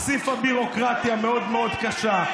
הוסיפה ביורוקרטיה מאוד מאוד קשה,